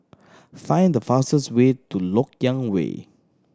find the fastest way to Lok Yang Way